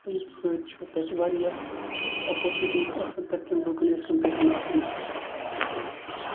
تمہِ سۭتۍ چھُ تَتہِ واریاہ اَپُرچوٗنِٹیٖز آسان تَتہِ کٮ۪ن لُکن as compared to north India لُکَن نِش